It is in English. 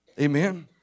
Amen